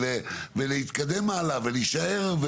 להתקדם הלאה ולהישאר.